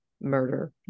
murder